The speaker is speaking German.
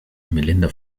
melinda